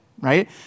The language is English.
right